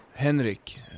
Henrik